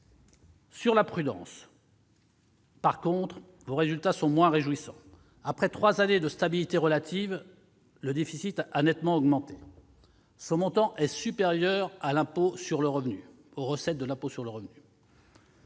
Sur la prudence, en revanche, vos résultats sont moins réjouissants. Après trois années de stabilité relative, le montant du déficit, qui a nettement augmenté, est supérieur aux recettes de l'impôt sur le revenu.